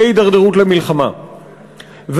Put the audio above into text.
והיא המשך הסטטוס-קוו.